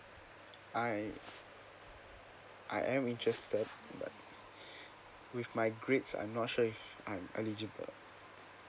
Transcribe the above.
I I am interested but with my grades I'm not sure if I'm eligible